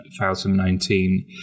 2019